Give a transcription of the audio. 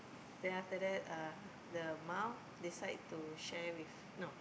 then after that uh the mum decide to share with no